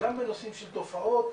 גם בנושאים של תופעות,